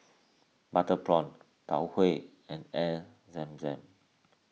Butter Prawn Tau Huay and Air Zam Zam